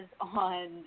on